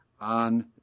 on